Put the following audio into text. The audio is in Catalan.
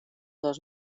dos